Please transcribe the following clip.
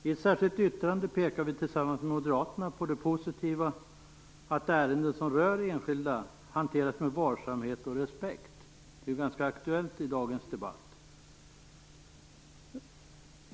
I ett särskilt yttrande pekar vi tillsammans med moderaterna på det positiva att ärenden som rör enskilda hanteras med varsamhet och respekt. Det är ganska aktuellt i dagens debatt.